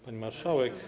Pani Marszałek!